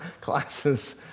classes